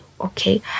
Okay